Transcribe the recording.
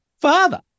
father